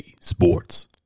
sports